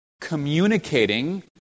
communicating